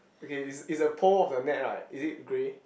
okay is is the pole of the net right is it grey